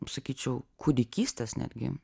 sakyčiau kūdikystės netgi